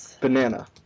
banana